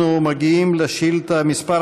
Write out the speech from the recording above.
אנחנו מגיעים לשאילתה מס'